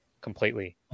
completely